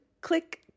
Click